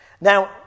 Now